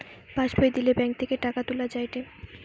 pass বই দিলে bank থেকে টাকা তুলা যায়েটে